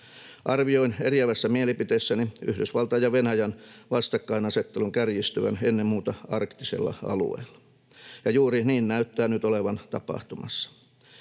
Arvioin eriävässä mielipiteessäni Yhdysvaltain ja Venäjän vastakkainasettelun kärjistyvän ennen muuta arktisella alueella, ja juuri niin näyttää nyt olevan tapahtumassa.